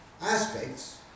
aspects